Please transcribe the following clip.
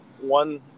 One